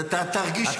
תרגיש.